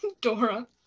Dora